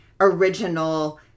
original